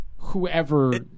whoever